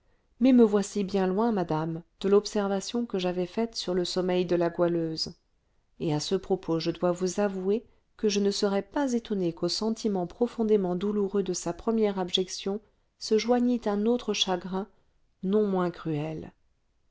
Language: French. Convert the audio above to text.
mais me voici bien loin madame de l'observation que j'avais faite sur le sommeil de la goualeuse et à ce propos je dois vous avouer que je ne serais pas étonnée qu'au sentiment profondément douloureux de sa première abjection se joignit un autre chagrin non moins cruel